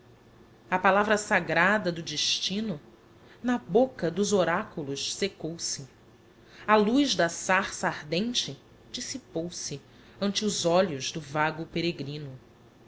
a palavra sagrada do destino na bocca dos oraculos seccou se a luz da sarça ardente dissipou-se ante os olhos do vago peregrino